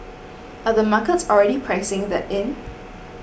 are the markets already pricing that in